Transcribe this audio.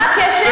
מה הקשר?